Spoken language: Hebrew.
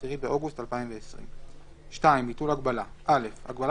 (10 באוגוסט 2020) 2. ביטול הגבלה (א)הגבלה